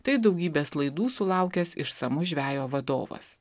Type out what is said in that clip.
tai daugybės laidų sulaukęs išsamus žvejo vadovas